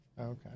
Okay